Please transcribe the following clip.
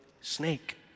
snake